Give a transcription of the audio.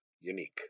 unique